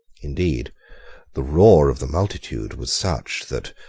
indeed the roar of the multitude was such that,